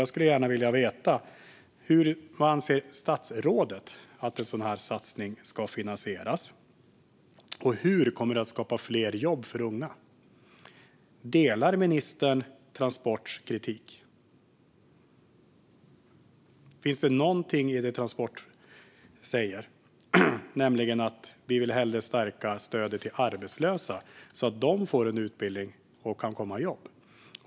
Jag skulle gärna vilja veta hur statsrådet anser att en sådan här satsning ska finansieras och hur den kommer att skapa fler jobb för unga. Delar ministern Transports kritik? Ligger det någonting i det som Transport säger, nämligen att man hellre borde stärka stödet till arbetslösa, så att de får utbildning och kan komma i jobb?